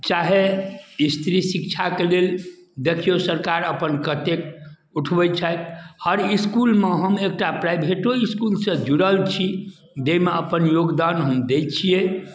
चाहे स्त्री शिक्षाके लेल दखिऔ सरकार अपन कतेक उठबैत छथि हर इसकूलमे हम एकटा प्राइभेटो इसकूलसँ जुड़ल छी जाहिमे अपन योगदान हम दै छियै